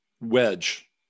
wedge